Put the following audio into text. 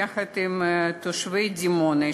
יחד עם תושבי דימונה,